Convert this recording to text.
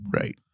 right